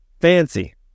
Fancy